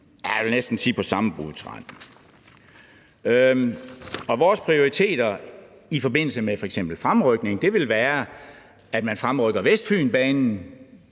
som er næsten på sammenbruddets rand. Og vores prioriteter i forbindelse med f.eks. fremrykning ville være, at man fremrykker Vestfynbanen,